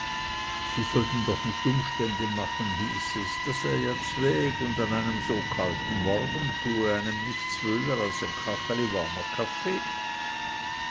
sie sollten doch nicht umstände machen hieß es das sei ja zweg und an einem so kalten morgen tue einem nichts wöhler als ein kacheli warmer kaffee